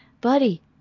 Buddy